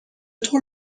طور